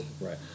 Right